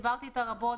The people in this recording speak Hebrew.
ודיברתי איתה רבות,